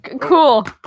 Cool